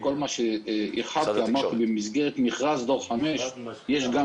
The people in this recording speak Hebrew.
המכרז הוא מכרז תדרים לדור 5 אבל הוא מכיל גם